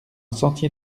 sentier